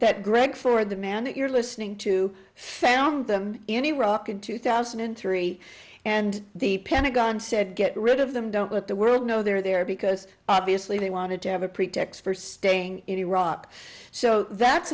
that greg ford the man that you're listening to found them in iraq in two thousand and three and the pentagon said get rid of them don't let the world know they're there because obviously they wanted to have a pretext for staying in iraq so that's